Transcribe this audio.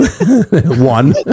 one